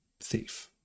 thief